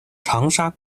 长沙